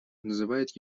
называет